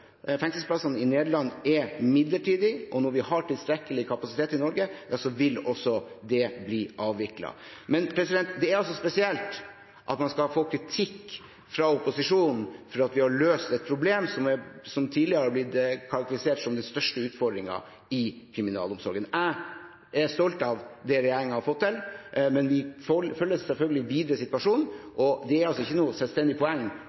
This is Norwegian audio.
Fengselsplassene i Nederland er midlertidige, og når vi har tilstrekkelig kapasitet i Norge, vil de bli avviklet. Det er spesielt at man skal få kritikk fra opposisjonen for at vi har løst et problem som tidligere har blitt karakterisert som den største utfordringen i kriminalomsorgen. Jeg er stolt av det regjeringen har fått til, men vi følger selvfølgelig situasjonen videre. Det er ikke noe selvstendig poeng